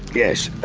yes.